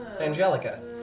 Angelica